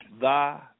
thy